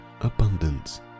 abundance